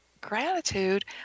Gratitude